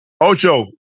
Ocho